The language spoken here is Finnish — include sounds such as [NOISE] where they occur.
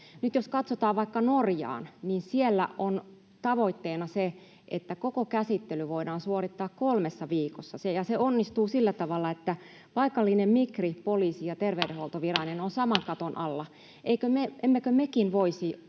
jos katsotaan vaikka Norjaan, niin siellä on tavoitteena se, että koko käsittely voidaan suorittaa kolmessa viikossa, ja se onnistuu sillä tavalla, että paikallinen migri, poliisi ja terveydenhuoltoviranomainen [NOISE] ovat saman katon alla. Emmekö mekin voisi